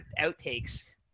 outtakes